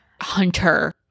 hunter